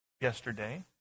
yesterday